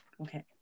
okay